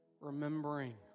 remembering